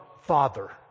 Father